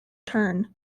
tern